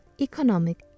economic